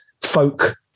folk